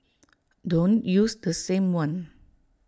don't use the same one